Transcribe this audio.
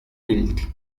built